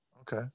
Okay